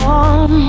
on